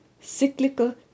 cyclical